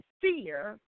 fear